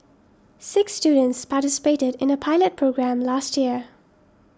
six students participated in a pilot programme last year